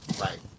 right